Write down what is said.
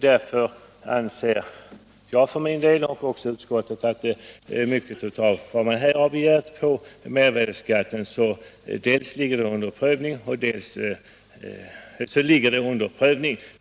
Därför anser jag liksom utskottet att mycket av vad man här har begärt på mervärdeskattens område ligger under prövning.